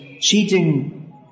Cheating